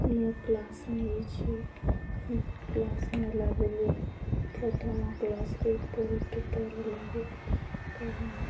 ମୁଁ କ୍ଲାସ୍ ନେଇଛି କ୍ଲାସ୍ ନେଲା ବେଳେ ପ୍ରଥମ କ୍ଲାସ୍ରେ ବହୁତ ଡର ଲାଗେ କାରଣ